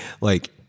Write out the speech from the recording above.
like-